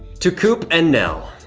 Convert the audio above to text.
to coop and nell,